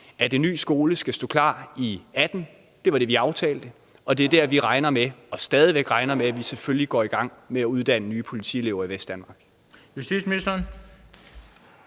at en ny skole skal stå klar i 2018 – det var det, der blev aftalt, og det er der, vi stadig væk regner med at man selvfølgelig går i gang med at uddanne nye politielever i Vestdanmark.